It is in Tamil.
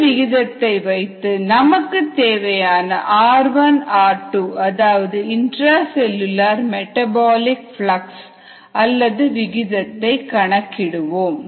இந்த விகிதங்களை வைத்து நமக்குத் தேவையான r1 r2 அதாவது இந்ட்ரா செல்லுலார் மெட்டபாலிக் பிளக்ஸ் அல்லது விகிதத்தை கணக்கிடுவோம்